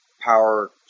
power